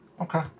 Okay